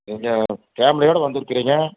நீங்கள் ஃபேமிலியோட வந்துருக்கிறீங்க